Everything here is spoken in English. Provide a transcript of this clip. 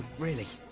really.